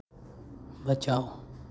बचाओ